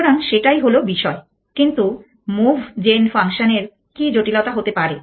সুতরাং সেটাই হল বিষয় কিন্তু মুভ জেন ফাংশন এর কি জটিলতা হতে পারে